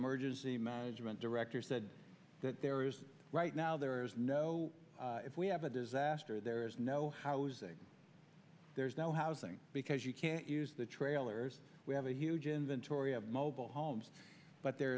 emergency management director said that there are right now there is no if we have a disaster there is no housing there's no housing because you can't use the trailers we have a huge inventory of mobile homes but there